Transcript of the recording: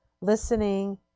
listening